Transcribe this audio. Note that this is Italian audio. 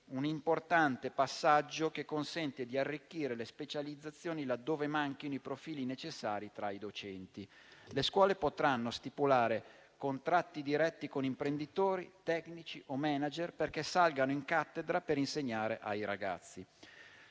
un'importante passaggio, che consente di arricchire le specializzazioni laddove manchino i profili necessari tra i docenti. Le scuole potranno stipulare contratti diretti con imprenditori, tecnici o *manager* perché salgano in cattedra per insegnare ai ragazzi.